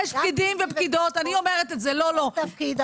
יש פקידים ופקידות ----- -כל תפקיד,